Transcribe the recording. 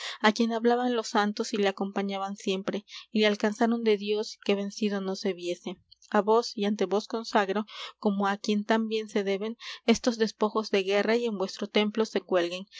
á quien hablaban los santos y le acompañaban siempre y le alcanzaron de dios que vencido no se viese á vos y ante vos consagro como á quien tan bien se deben estos despojos de guerra y en vuestro templo se cuelguen y